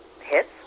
hits